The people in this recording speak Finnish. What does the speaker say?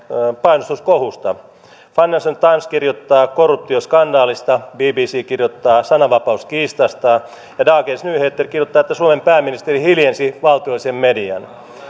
painostuskohusta financial times kirjoittaa korruptioskandaalista bbc kirjoittaa sananvapauskiistasta ja dagens nyheter kirjoittaa että suomen pääministeri hiljensi valtiollisen median